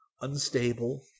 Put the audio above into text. unstable